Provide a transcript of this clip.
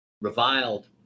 reviled